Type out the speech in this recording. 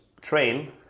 train